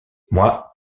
moi